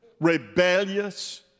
rebellious